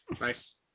Nice